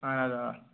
اَہَن حظ آ